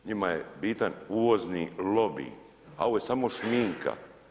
Njima je bitan uvozni lobij a ovo je samo šminka.